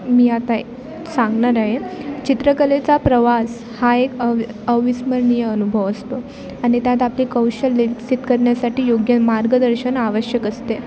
मी आता सांगणार आहे चित्रकलेचा प्रवास हा एक अवि अविस्मरणीय अनुभव असतो आणि त्यात आपली कौशल्ये विकसित करण्यासाठी योग्य मार्गदर्शन आवश्यक असते